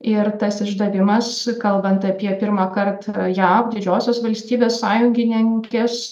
ir tas išdavimas kalbant apie pirmąkart jav didžiosios valstybės sąjungininkės